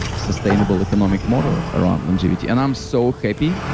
sustainable economic model around longevity and i'm so happy,